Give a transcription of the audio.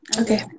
Okay